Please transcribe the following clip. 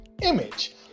image